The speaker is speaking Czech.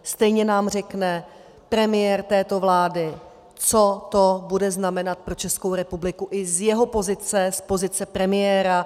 Stejně ať nám řekne premiér této vlády, co to bude znamenat pro Českou republiku, i z jeho pozice, z pozice premiéra.